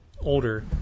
older